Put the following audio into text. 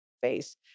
face